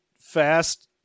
fast